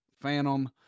Phantom